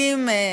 הדתיים,